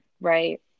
right